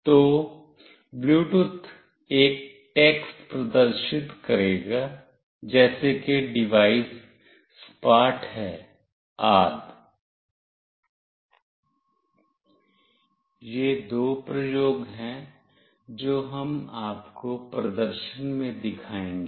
तो ब्लूटूथ एक टेक्स्ट प्रदर्शित करेगा जैसे कि डिवाइस सपाट है आदि ये दो प्रयोग हैं जो हम आपको प्रदर्शन में दिखाएंगे